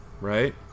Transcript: right